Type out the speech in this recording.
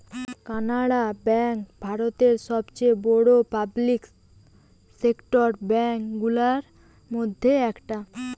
Canara bank ভারতের সবচেয়ে বড়ো পাবলিক সেক্টর ব্যাঙ্ক গুলোর মধ্যে একটা